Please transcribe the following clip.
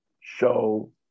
show